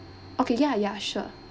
okay ya ya sure